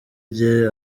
rye